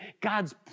God's